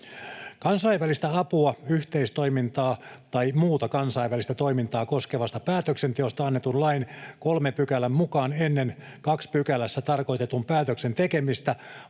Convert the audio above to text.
Kansainvälistä apua, yhteistoimintaa tai muuta kansainvälistä toimintaa koskevasta päätöksenteosta annetun lain 3 §:n mukaan ennen 2 §:ssä tarkoitetun päätöksen tekemistä